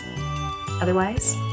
Otherwise